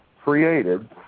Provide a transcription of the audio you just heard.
created